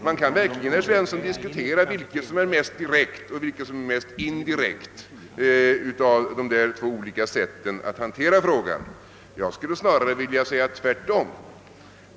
Man kan verkligen diskutera vilket som är mest direkt och vilket som är mest indirekt av dessa två olika sätt att hantera frågan. Jag skulle snarare vilja säga tvärtom.